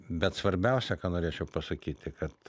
bet svarbiausia ką norėčiau pasakyti kad